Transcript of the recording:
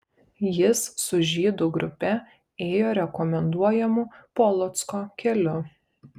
jis su žydų grupe ėjo rekomenduojamu polocko keliu